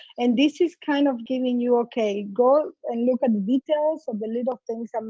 and this is kind of giving you, okay, go and look at details of the little things. um